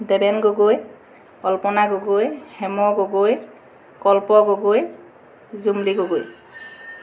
Deben Gogoi Kalpana Gogoi Hem Gogoi Kalpa Gogoi Jumli Gogoi